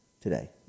today